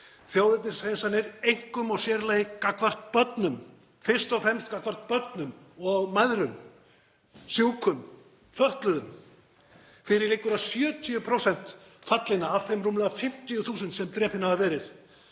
þjóðernishreinsanir, einkum og sér í lagi gagnvart börnum, fyrst og fremst gagnvart börnum og mæðrum, sjúkum, fötluðum. Fyrir liggur að 70% fallinna af þeim rúmlega 50.000 sem drepin hafa verið